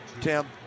Tim